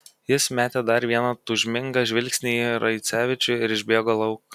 jis metė dar vieną tūžmingą žvilgsnį į raicevičių ir išbėgo lauk